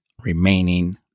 remaining